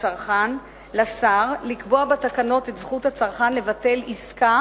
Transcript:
הצרכן לשר לקבוע בתקנות את זכות הצרכן לבטל עסקה